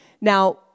Now